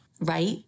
Right